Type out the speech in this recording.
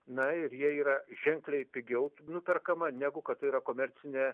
na ir jie yra ženkliai pigiau nuperkama negu kad tai yra komercinė